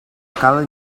cal